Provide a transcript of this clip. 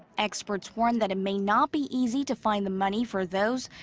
experts warn that it may not be easy to find the money for those,